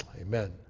Amen